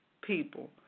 people